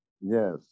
Yes